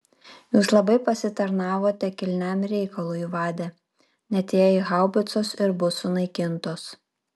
jūs labai pasitarnavote kilniam reikalui vade net jei haubicos ir bus sunaikintos